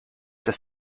das